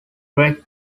greg